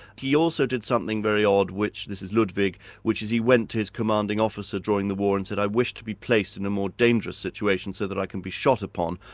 he also did something very odd, which this is ludwig which is, he went to his commanding officer during the war and said, i wish to be placed in a more dangerous situation so that i can be shot upon,